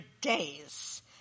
days